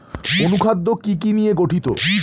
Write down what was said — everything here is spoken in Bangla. অনুখাদ্য কি কি নিয়ে গঠিত?